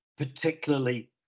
particularly